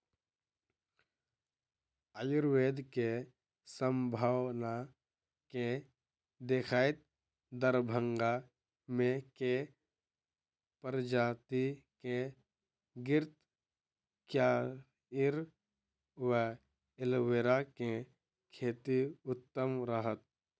आयुर्वेद केँ सम्भावना केँ देखैत दरभंगा मे केँ प्रजाति केँ घृतक्वाइर वा एलोवेरा केँ खेती उत्तम रहत?